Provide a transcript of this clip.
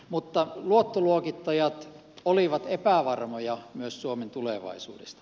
mutta luottoluokittajat olivat epävarmoja myös suomen tulevaisuudesta